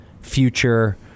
future